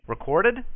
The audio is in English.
Recorded